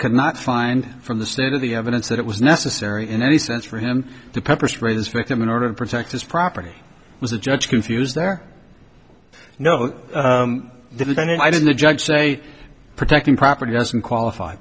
cannot find from the state of the evidence that it was necessary in any sense for him to pepper spray his victim in order to protect his property was a judge confused there no dividend and i didn't the judge say protecting property doesn't qualify